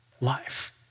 life